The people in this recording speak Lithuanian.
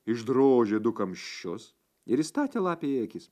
išdrožė du kamščius ir įstatė lapei į akis